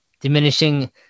diminishing